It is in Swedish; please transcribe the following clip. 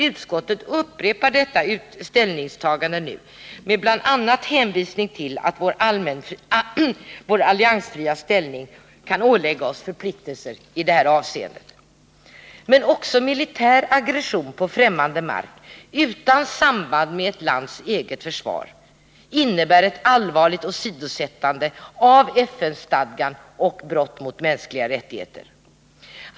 Utskottet upprepar nu detta ställningstagande bl.a. med hänvisning till att vår alliansfria ställning kan ålägga oss förpliktelser i detta avseende. Men också militär aggression på fftämmande mark utan samband med ett lands eget försvar innebär ett allvarligt åsidosättande av FN-stadgan, och ett brott mot de mänskliga rättigheterna.